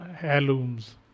heirlooms